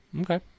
Okay